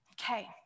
Okay